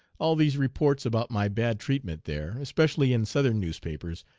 all these reports about my bad treatment there, especially in southern newspapers,